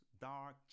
dark